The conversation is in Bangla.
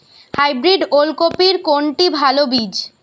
হাইব্রিড ওল কপির কোনটি ভালো বীজ?